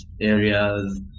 areas